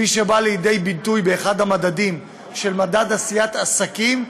שבאה לידי ביטוי באחד המדדים של עשיית עסקים,